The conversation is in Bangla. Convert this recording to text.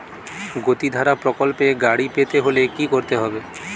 গতিধারা প্রকল্পে গাড়ি পেতে হলে কি করতে হবে?